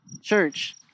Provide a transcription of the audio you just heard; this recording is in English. Church